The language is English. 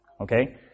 Okay